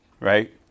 Right